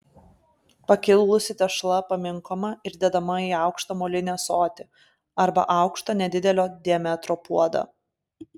pakilusi tešla paminkoma ir dedama į aukštą molinį ąsotį arba aukštą nedidelio diametro puodą